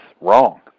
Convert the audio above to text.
wrong